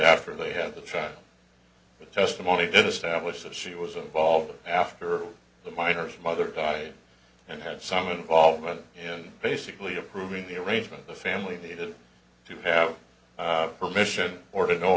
after they had the trial that testimony did establish that she was involved after the miners mother died and had some involvement in basically approving the arrangement the family there to have permission or to know